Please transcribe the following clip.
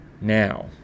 Now